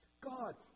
God